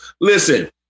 Listen